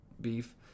Beef